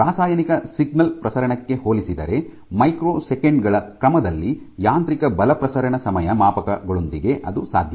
ರಾಸಾಯನಿಕ ಸಿಗ್ನಲ್ ಪ್ರಸರಣಕ್ಕೆ ಹೋಲಿಸಿದರೆ ಮೈಕ್ರೊ ಸೆಕೆಂಡು ಗಳ ಕ್ರಮದಲ್ಲಿ ಯಾಂತ್ರಿಕ ಬಲ ಪ್ರಸರಣ ಸಮಯ ಮಾಪಕಗಳೊಂದಿಗೆ ಅದು ಸಾಧ್ಯ